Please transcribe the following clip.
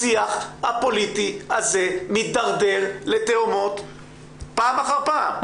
השיח הפוליטי הזה מידרדר לתהומות פעם אחר פעם.